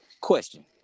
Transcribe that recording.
question